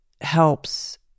helps